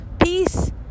peace